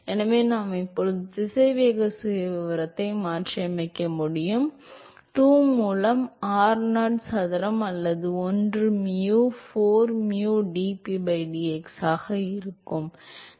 எனவே நான் இப்போது திசைவேக சுயவிவரத்தை மாற்றியமைக்க முடியும் அது 2 மூலம் r நாட் சதுரம் அல்லது ஒன்று mu 4 mu dp by dx ஆக இருக்கும்